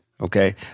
Okay